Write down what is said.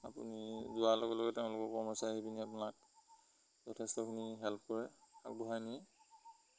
আপুনি যোৱাৰ লগে লগে তেওঁলোকৰ কৰ্মচাৰ আহি পিনি আপোনাক যথেষ্টখিনি হেল্প কৰে আগবঢ়াই নিিয়